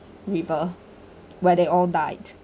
river but they all died